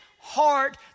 heart